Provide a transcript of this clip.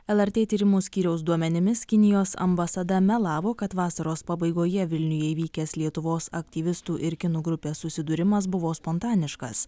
lrt tyrimų skyriaus duomenimis kinijos ambasada melavo kad vasaros pabaigoje vilniuje įvykęs lietuvos aktyvistų ir kinų grupės susidūrimas buvo spontaniškas